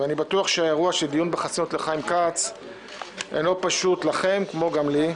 ואני בטוח שהאירוע של דיון בחסינות לחיים כץ אינו פשוט לכם כמו גם לי.